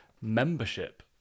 Membership